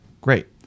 Great